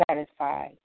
satisfied